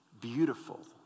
beautiful